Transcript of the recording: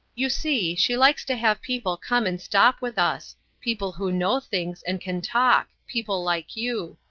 you see, she likes to have people come and stop with us people who know things, and can talk people like you.